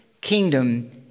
kingdom